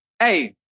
Hey